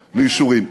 לאישורים.